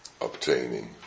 obtaining